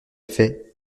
effet